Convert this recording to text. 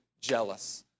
jealous